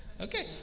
Okay